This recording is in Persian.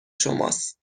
شماست